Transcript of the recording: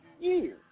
years